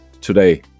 today